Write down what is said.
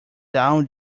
down